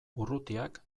urrutiak